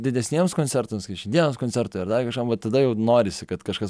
didesniems koncertams kai šiandienos koncertui ar dar kažkam vat tada jau norisi kad kažkas